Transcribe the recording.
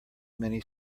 many